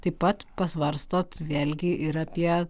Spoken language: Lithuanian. taip pat pasvarstot vėlgi ir apie